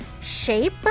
shape